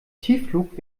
tiefflug